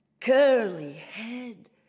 curly-head